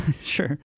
sure